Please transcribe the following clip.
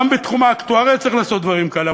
גם בתחום האקטואריה צריך לעשות דברים כאלה,